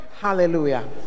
Hallelujah